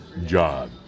job